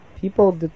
People